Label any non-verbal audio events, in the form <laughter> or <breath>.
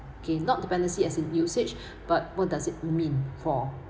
okay not dependency as in usage <breath> but what does it mean for